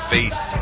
Faith